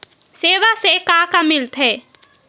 सेवा से का का मिलथे?